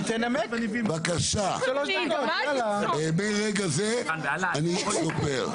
אני אתמול לא דיברתי אני מזכירה.